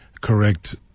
correct